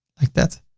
like that.